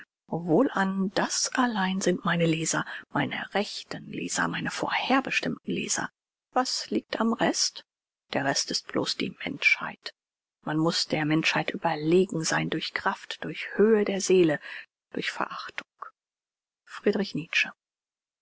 wohlan das allein sind meine leser meine rechten leser meine vorherbestimmten leser was liegt am rest der rest ist bloß die menschheit man muß der menschheit überlegen sein durch kraft durch höhe der seele durch verachtung friedrich nietzsche